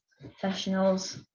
professionals